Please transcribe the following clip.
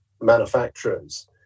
manufacturers